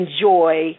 enjoy